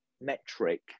metric